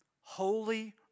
holy